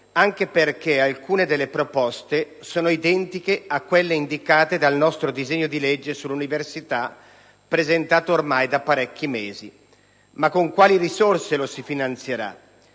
anche perché alcune delle proposte sono identiche a quelle indicate dal nostro disegno di legge sull'università, presentato ormai da parecchi mesi; ma con quali risorse la si finanzierà?